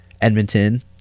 edmonton